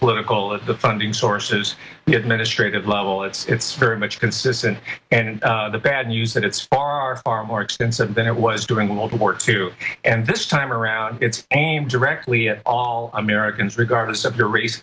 political it's the funding sources get mistreated level it's very much consistent and the bad news that it's far far more expensive than it was during world war two and this time around it's aimed directly at all americans regardless of your race